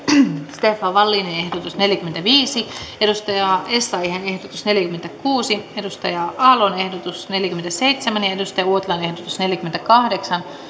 stefan wallinin ehdotus neljäkymmentäviisi sari essayahin ehdotus neljäkymmentäkuusi touko aallon ehdotus neljäkymmentäseitsemän ja kari uotilan ehdotus neljäkymmentäkahdeksan